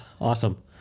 Awesome